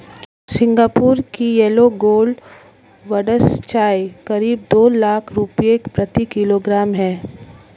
Singapore की yellow gold buds चाय करीब दो लाख रुपए प्रति किलोग्राम है